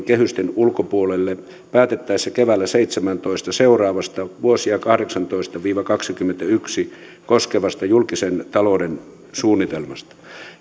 kehysten ulkopuolelle päätettäessä keväällä seitsemästätoista seuraavasta vuosia kahdeksantoista viiva kaksikymmentäyksi koskevasta julkisen talouden suunnitelmasta